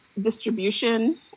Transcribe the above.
distribution